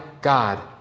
God